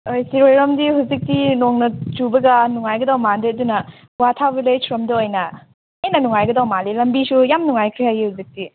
ꯁꯤꯔꯣꯏꯔꯣꯝꯗ ꯍꯧꯖꯤꯛꯇꯤ ꯅꯣꯡꯒ ꯆꯨꯕꯒ ꯅꯨꯡꯉꯥꯏꯒꯗꯕ ꯃꯥꯟꯗꯦ ꯑꯗꯨꯅ ꯀ꯭ꯋꯥꯊꯥ ꯚꯤꯂꯦꯖ ꯂꯣꯝꯗ ꯑꯣꯏꯅ ꯍꯦꯟꯅ ꯅꯨꯡꯉꯥꯏꯒꯗꯕ ꯃꯥꯜꯂꯦ ꯂꯝꯕꯤꯁꯨ ꯌꯥꯝ ꯅꯨꯡꯉꯥꯏꯈ꯭ꯔꯦ ꯍꯥꯏꯌꯦ ꯍꯧꯖꯤꯛꯇꯤ